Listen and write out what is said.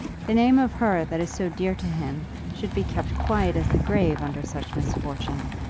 the name of her that is so dear to him should be kept quiet as the grave under such misfortune,